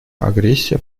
агрессия